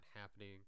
happening